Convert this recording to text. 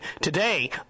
Today